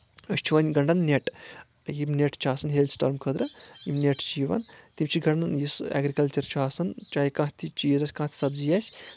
أسۍ چھِ وۄنۍ گنٛڈان نؠٹ یِم نؠٹ چھِ آسان ہیل سٹارم خٲطرٕ یِم نؠٹ چھِ یِوان تِم چھِ گنٛڈان یُس اؠگرِکلچر چھُ آسان چاہے کانٛہہ تہِ چیٖز آسہِ کانٛہہ تہِ سبزی آسہِ